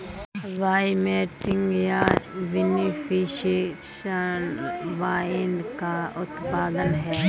winemaking या vinification wine का उत्पादन है